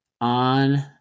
on